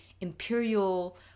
imperial